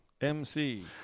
mc